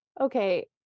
Okay